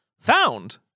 found